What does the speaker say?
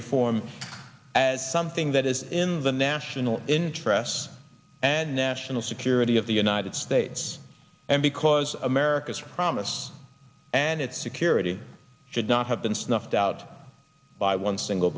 reform as something that is in the national interests and national security of the united states and because america's promise and its security should not have been snuffed out by one single